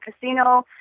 casino